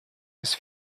his